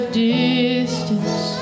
distance